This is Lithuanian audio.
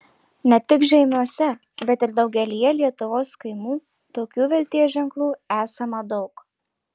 ne tik žeimiuose bet ir daugelyje lietuvos kaimų tokių vilties ženklų esama daug